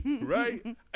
right